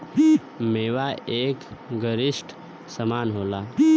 मेवा एक गरिश्ट समान होला